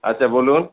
আচ্ছা বলুন